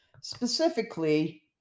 Specifically